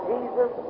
Jesus